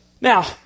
Now